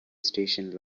station